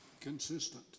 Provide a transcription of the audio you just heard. Consistent